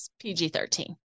PG-13